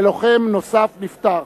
ולוחם נוסף נפטר.